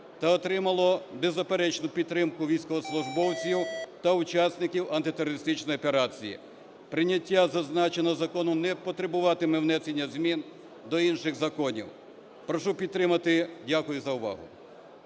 та отримало беззаперечну підтримку військовослужбовців та учасників антитерористичної операції. Прийняття зазначеного закону не потребуватиме внесення змін до інших законів. Прошу підтримати. Дякую за увагу.